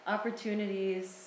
Opportunities